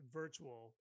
virtual